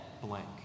blank